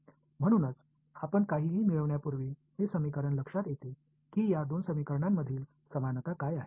म्हणूनच आपण काहीही मिळण्यापूर्वी हे समीकरण लक्षात येते की या दोन समीकरणांमधील समानता काय आहेत